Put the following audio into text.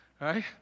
right